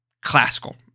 classical